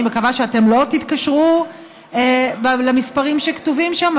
אני מקווה שאתם לא תתקשרו למספרים שכתובים שם,